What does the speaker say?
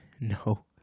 No